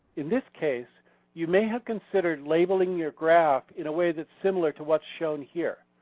in this case you may have considered labeling your graph in a way that's similar to what's shown here.